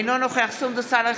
אינו נוכח סונדוס סאלח,